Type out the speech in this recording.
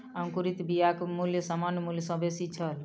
अंकुरित बियाक मूल्य सामान्य मूल्य सॅ बेसी छल